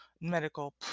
medical